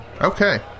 Okay